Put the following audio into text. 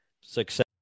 success